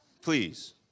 Please